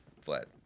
flat